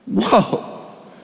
Whoa